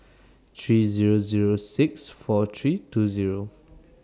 three Zero Zero six four three two Zero